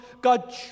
God